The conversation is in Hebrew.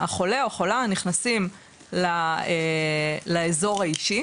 החולה או החולה נכנסים לאזור האישי